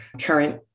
current